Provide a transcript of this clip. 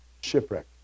shipwreck